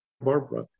Barbara